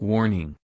Warning